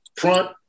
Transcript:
front